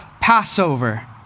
Passover